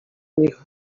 nich